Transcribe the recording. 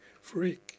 freak